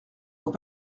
ont